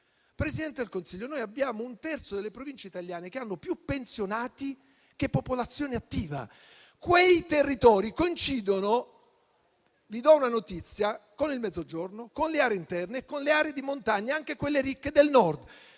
Presidente del Consiglio, noi abbiamo un terzo delle Province italiane che hanno più pensionati che popolazione attiva. Quei territori coincidono - le do una notizia - con il Mezzogiorno, con le aree interne e con le aree di montagna, anche quelle ricche del Nord.